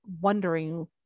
wondering